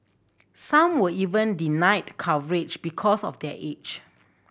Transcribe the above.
some were even denied coverage because of their age